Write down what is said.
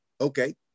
okay